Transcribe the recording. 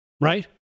right